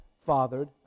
fathered